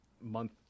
month